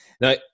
Now